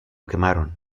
quemaron